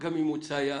גם אם הוא צייר